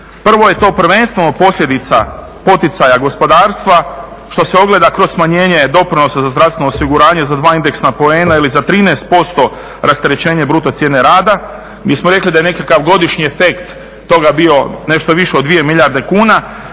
Prvo je to prvenstveno posljedica poticaja gospodarstva što se ogleda kroz smanjenje doprinosa za zdravstveno osiguranje za dva indeksna poena ili za 13% rasterećenje bruto cijene rada. Gdje smo rekli da je nekakav godišnji efekt toga bio nešto više od 2 milijarde kuna